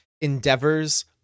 endeavors